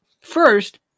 First